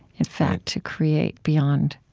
in fact, to create beyond